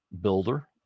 builder